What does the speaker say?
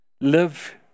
live